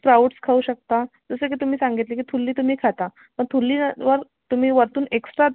sprouts खाऊ शकता जसे की तुम्ही सांगितले की थुल्ली तुम्ही खाता पण थुल्लीवर तुम्ही वरतून एक्स्ट्रा